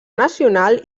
nacional